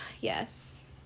Yes